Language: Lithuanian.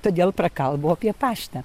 todėl prakalbo apie paštą